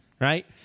right